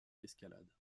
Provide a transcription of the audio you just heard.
escalade